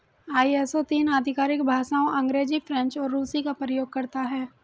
ISO तीन आधिकारिक भाषाओं अंग्रेजी, फ्रेंच और रूसी का प्रयोग करता है